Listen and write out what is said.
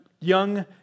Young